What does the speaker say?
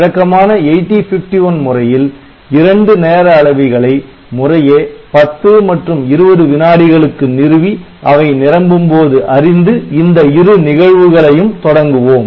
வழக்கமான 8051 முறையில் இரண்டு நேர அளவிகளை முறையே 10 மற்றும் 20 வினாடிகளுக்கு நிறுவி அவை நிரம்பும்போது அறிந்து இந்த இரு நிகழ்வுகளையும் தொடங்குவோம்